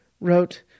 wrote